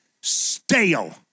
stale